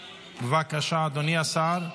בבקשה, אדוני השר.